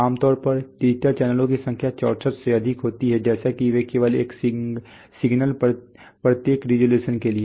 आमतौर पर डिजिटल चैनलों की संख्या 64 से अधिक होती है जैसे कि वे केवल एक सिग्नल प्रत्येक रिज़ॉल्यूशन के लिए